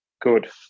good